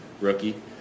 rookie